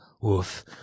woof